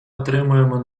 отримуємо